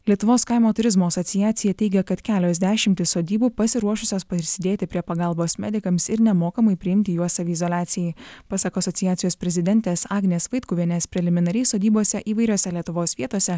lietuvos kaimo turizmo asociacija teigia kad kelios dešimtys sodybų pasiruošusios prisidėti prie pagalbos medikams ir nemokamai priimti juos saviizoliacijai pasak asociacijos prezidentės agnės vaitkuvienės preliminariai sodybose įvairiose lietuvos vietose